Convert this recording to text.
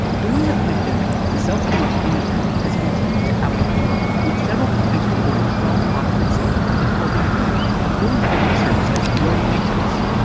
during the pandemic, the self-storage industry has continued to outperform, with several companies reporting strong occupancy and healthy demand, according to the research site yardi matrix.